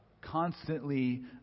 constantly